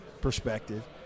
perspective